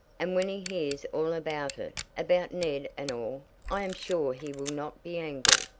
and when he hears all about it about ned and all i am sure he will not be angry.